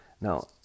now